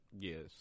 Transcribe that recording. Yes